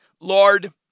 Lord